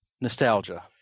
nostalgia